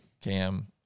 Cam